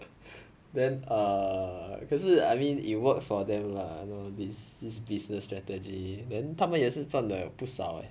then err 可是 I mean it works for them lah you know this this business strategy then 他们也是赚得不少 leh